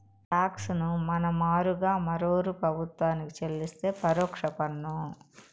talks ను మన మారుగా మరోరూ ప్రభుత్వానికి చెల్లిస్తే పరోక్ష పన్ను